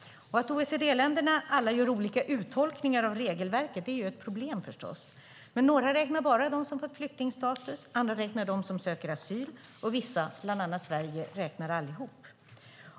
Att alla OECD-länder gör olika uttolkningar av regelverket är förstås ett problem, men några räknar bara de som har fått flyktingstatus, andra räknar de som söker asyl, och vissa, bland annat Sverige, räknar alla.